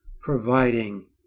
providing